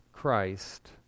Christ